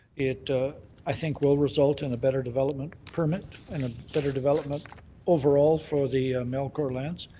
it i think will result in a better development permit and a better development overall for the malcore lands.